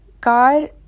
God